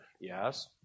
Yes